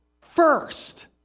first